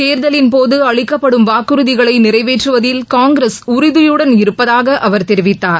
தேர்தலின் போது அளிக்கப்படும் வாக்குறுதிகளை நிறைவேற்றுவதில் காங்கிரஸ் உறுதியுடன் இருப்பதாக அவர் தெரிவித்தார்